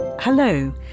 Hello